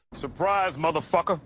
surprise motherfucker!